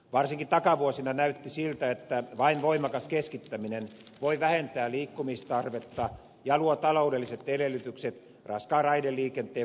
varsinkin takavuosina näytti siltä että vain voimakas keskittäminen voi vähentää liikkumistarvetta ja luo taloudelliset edellytykset raskaan raideliikenteen vaatimille investoinneille